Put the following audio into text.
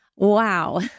Wow